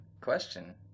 question